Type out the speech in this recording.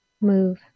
move